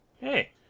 Hey